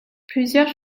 plusieurs